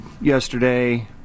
yesterday